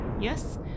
Yes